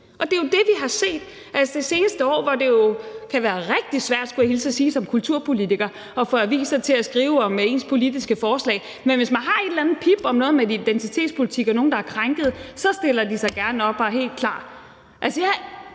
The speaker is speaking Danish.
sige, har det jo altså været sådan, at det har kunnet være rigtig svært som kulturpolitiker at få aviser til at skrive om ens politiske forslag, men hvis man har et eller andet, et pip, om noget med identitetspolitik og nogle, der er krænkede, stiller de sig gerne op og er helt klar.